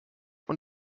und